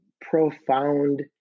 profound